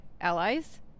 allies